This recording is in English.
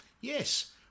Yes